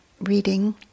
reading